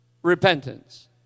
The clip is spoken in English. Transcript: Repentance